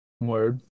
Word